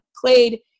played